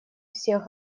всех